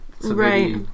Right